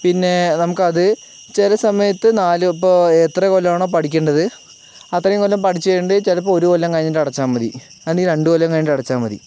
പിന്നെ നമുക്കത് ചില സമയത്ത് നാല് ഇപ്പൊ എത്ര കൊല്ലമാണോ പഠിക്കേണ്ടത് അത്രയും കൊല്ലം പഠിച്ചു കഴിഞ്ഞിട്ട് ചിലപ്പോൾ ഒരു കൊല്ലം കഴിഞ്ഞിട്ട് അടച്ചാൽ മതി അല്ലെങ്കിൽ രണ്ടുകൊല്ലം കഴിഞ്ഞിട്ട് അടച്ചാൽ മതി